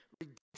Redemption